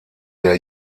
der